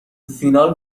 فینال